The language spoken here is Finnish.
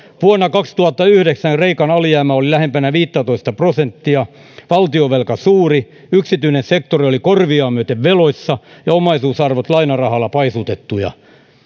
vuonna kaksituhattayhdeksän kreikan alijäämä oli lähempänä viittätoista prosenttia valtionvelka suuri yksityinen sektori korviaan myöten veloissa ja omaisuusarvot lainarahalla paisutettuja